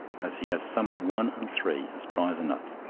as he has some at one-and-three, as dry as a nut!